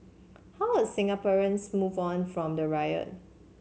how are Singaporeans move on from the riot